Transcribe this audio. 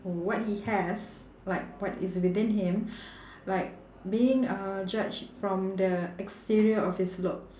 what he has like what is within him like being uh judged from the exterior of his looks